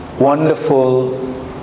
wonderful